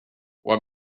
what